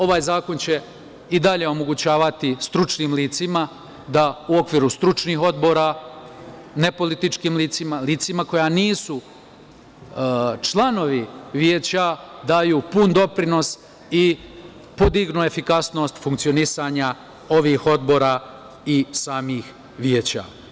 Ovaj zakon će i dalje omogućavati stručnim licima da u okviru stručnih odbora, ne političkim licima, licima koja nisu članovi veća da daju pun doprinos i podignu efikasnost funkcionisanja ovih odbora i samih veća.